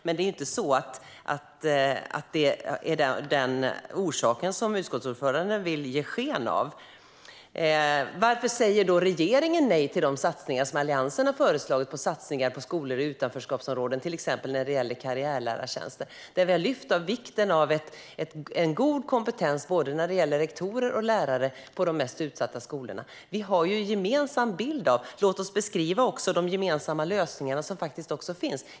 Men det är inte det utskottsordföranden vill ge sken av. Varför säger då regeringen nej till de satsningar som Alliansen har föreslagit på skolor i utanförskapsområden, till exempel när det gäller karriärlärartjänster? Vi har lyft fram vikten av god kompetens hos rektorer och lärare på de mest utsatta skolorna. Vi har ju en gemensam bild. Låt oss också beskriva de gemensamma lösningar som finns!